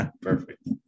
Perfect